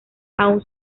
aún